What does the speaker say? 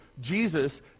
Jesus